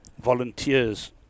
volunteers